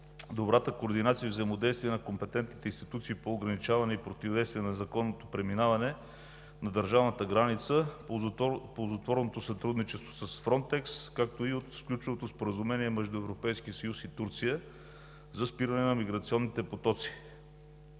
добрата координация и взаимодействие на компетентните институции по ограничаване и противодействие на незаконното преминаване на държавната граница, ползотворното сътрудничество с „Фронтекс“, както и от сключеното споразумение между Европейския съюз и Турция за спиране на миграционните потоци.